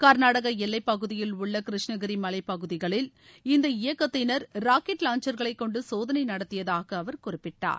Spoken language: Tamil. கர்நாடகா எல்லைப்பகுதியில் உள்ள கிருஷ்ணகிரி மவைப்பகுதிகளில் இந்த இயக்கத்தினா் ராக்கெட் லாஞ்சர்களை கொண்டு சோதனை நடத்தியதாக அவர் குறிப்பிட்டார்